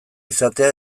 izatea